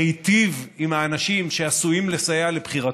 להיטיב עם האנשים שעשויים לסייע לבחירתו,